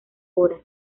horas